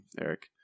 Eric